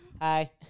Hi